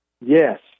Yes